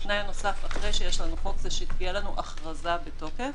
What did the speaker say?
התנאי הנוסף אחרי שיש לנו חוק זה שתהיה לנו הכרזה בתוקף.